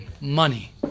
money